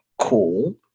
cool